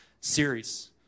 series